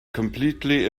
completely